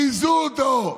ביזו אותו.